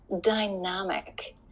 dynamic